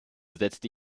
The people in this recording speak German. setzte